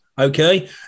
okay